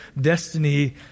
destiny